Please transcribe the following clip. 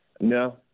No